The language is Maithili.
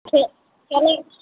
ठीक कनि